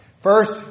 First